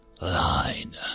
line